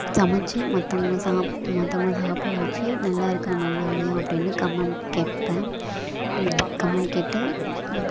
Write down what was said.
சமைத்து மற்றவங்க மற்றவங்கள சாப்பிட வச்சு நல்லாயிருக்கா நல்லாயில்லையா அப்படின்னு கமெண்ட் கேட்பேன் கமெண்ட் கேட்டு